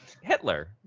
Hitler